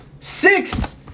Six